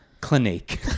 Clinique